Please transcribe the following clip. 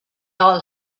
all